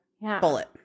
bullet